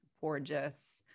gorgeous